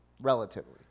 relatively